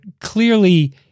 clearly